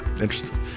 Interesting